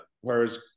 whereas